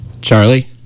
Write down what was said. Charlie